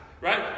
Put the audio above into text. right